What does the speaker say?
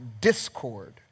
discord